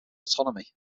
autonomy